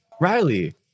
Riley